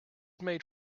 made